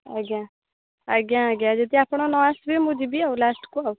ଆଜ୍ଞା ଆଜ୍ଞା ଆଜ୍ଞା ଯଦି ଆପଣ ନ ଆସିବେ ମୁଁ ଯିବି ଆଉ ଲାଷ୍ଟକୁ ଆଉ